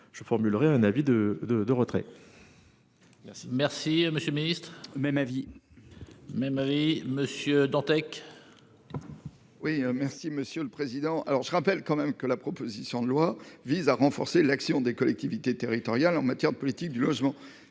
Je formulerai un avis de de de retrait.